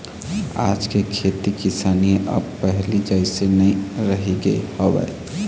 आज के खेती किसानी ह अब पहिली जइसे नइ रहिगे हवय